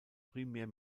primär